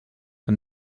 and